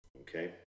Okay